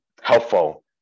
helpful